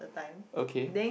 okay